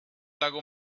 lago